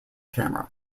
camera